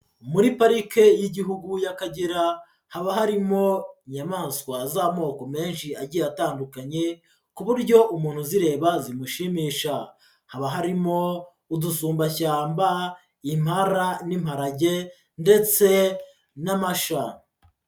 Muri parike y'igihugu y'Akagera, haba harimo inyamaswa z'amoko menshi agiye atandukanye, ku buryo umuntu uzireba zimushimisha, haba harimo udusumbashyamba, impara n'imparage ndetse n'amasha.